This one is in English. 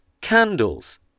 candles